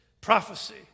prophecy